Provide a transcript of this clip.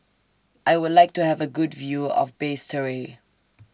I Would like to Have A Good View of Basseterre